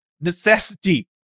necessity